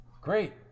Great